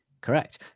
Correct